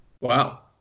Wow